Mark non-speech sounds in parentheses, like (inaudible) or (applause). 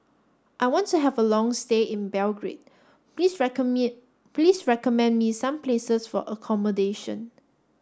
I want to have a long stay in Belgrade please (unintelligible) me please recommend me some places for accommodation